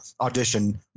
audition